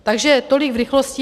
Takže tolik v rychlosti.